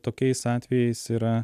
tokiais atvejais yra